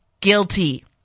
guilty